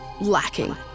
lacking